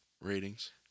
ratings